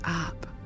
up